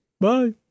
Bye